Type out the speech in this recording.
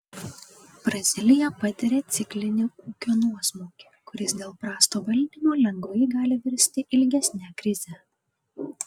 brazilija patiria ciklinį ūkio nuosmukį kuris dėl prasto valdymo lengvai gali virsti ilgesne krize